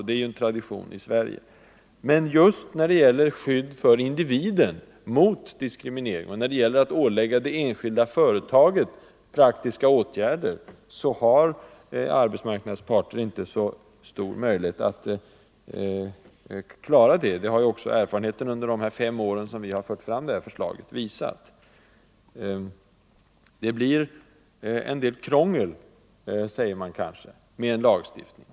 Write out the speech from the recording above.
Det är ju en tradition i Sverige, men just när det gäller skyddet för individen mot diskriminering och när det gäller att ålägga det enskilda företaget att vidta praktiska åtgärder har arbetsmarknadens parter inte så stora möjligheter. Det har ju också erfarenheten under de fem år som vi fört fram detta förslag visat. Det blir en del krångel, säger man kanske, med en lagstiftning.